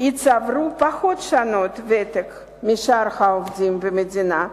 יצברו פחות שנות ותק משאר העובדים במדינה,